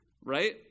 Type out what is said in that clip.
right